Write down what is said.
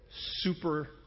super